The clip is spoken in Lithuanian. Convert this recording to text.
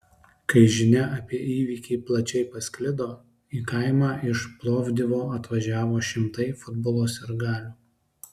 kai žinia apie įvykį plačiai pasklido į kaimą iš plovdivo atvažiavo šimtai futbolo sirgalių